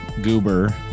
Goober